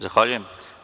Zahvaljujem.